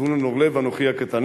זבולון אורלב ואנוכי הקטן.